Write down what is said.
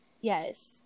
Yes